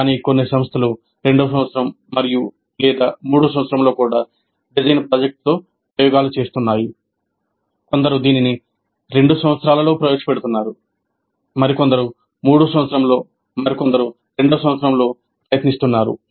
కానీ కొన్ని సంస్థలు రెండవ సంవత్సరం మరియు లేదా మూడవ సంవత్సరంలో కూడా డిజైన్ ప్రాజెక్టుతో ప్రయోగాలు చేస్తున్నాయి కొందరు దీనిని రెండు సంవత్సరాలలో ప్రవేశపెడుతున్నారు కొందరు మూడవ సంవత్సరంలో మరికొందరు రెండవ సంవత్సరంలో ప్రయత్నిస్తున్నారు